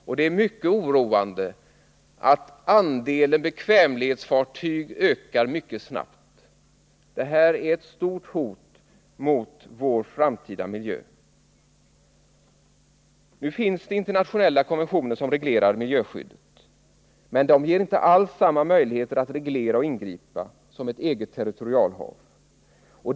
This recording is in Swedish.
Och det är mycket oroande att andelen bekvämlighetsflaggade fartyg ökar så snabbt. Här är ett stort hot mot vår framtida miljö. Det finns internationella konventioner som reglerar miljöskyddet. Men de ger inte alls samma möjligheter att reglera och ingripa som ett eget territorialhav ger.